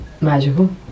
magical